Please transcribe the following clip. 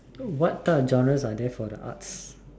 what types of genres are there for the arts